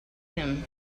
him